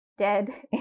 dead